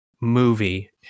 movie